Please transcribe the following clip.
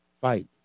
fight